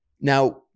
Now